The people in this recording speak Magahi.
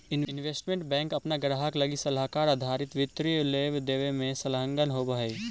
इन्वेस्टमेंट बैंक अपना ग्राहक लगी सलाहकार आधारित वित्तीय लेवे देवे में संलग्न होवऽ हई